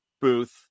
Booth